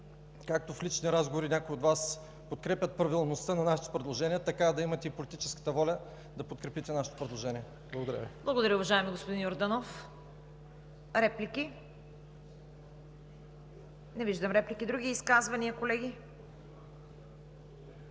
както в лични разговори някои от Вас подкрепят правилността на нашите предложения, така да имате и политическата воля да подкрепите нашето предложение. Благодаря Ви. ПРЕДСЕДАТЕЛ ЦВЕТА КАРАЯНЧЕВА: Благодаря Ви, уважаеми господин Йорданов. Реплики? Не виждам. Други изказвания, колеги? Няма.